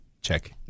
check